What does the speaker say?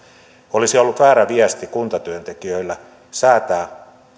olisi ollut väärä viesti kuntatyöntekijöille säätää